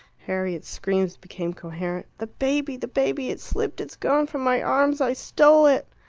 harriet's screams became coherent. the baby the baby it slipped it's gone from my arms i stole it!